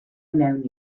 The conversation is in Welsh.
mewn